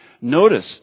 Notice